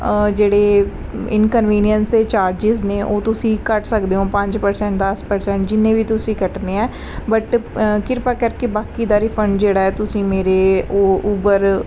ਜਿਹੜੇ ਇਨਕਨਵੀਨੀਅਸ ਦੇ ਚਾਰਜਿਜ਼ ਨੇ ਉਹ ਤੁਸੀਂ ਕੱਟ ਸਕਦੇ ਹੋ ਪੰਜ ਪਰਸੈਂਟ ਦਸ ਪਰਸੈਂਟ ਜਿੰਨੇ ਵੀ ਤੁਸੀਂ ਕੱਟਣੇ ਹੈ ਬਟ ਕਿਰਪਾ ਕਰਕੇ ਬਾਕੀ ਦਾ ਰਿਫੰਡ ਜਿਹੜਾ ਤੁਸੀਂ ਮੇਰੇ ਉਹ ਉਭਰ